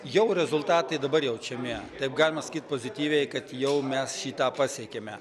jau rezultatai dabar jaučiami taip galima sakyt pozityviai kad jau mes šį tą pasiekėme